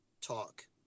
talk